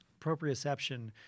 proprioception